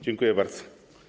Dziękuję bardzo.